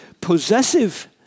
possessive